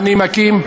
אני מקים.